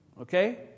Okay